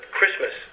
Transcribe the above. Christmas